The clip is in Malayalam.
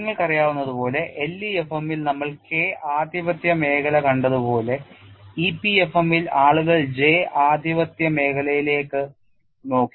നിങ്ങൾക്കറിയാവുന്നതു പോലെ LEFM ൽ നമ്മൾ K ആധിപത്യ മേഖല കണ്ടതുപോലെ EPFM ൽ ആളുകൾ J ആധിപത്യ മേഖലയിലേക്ക് നോക്കി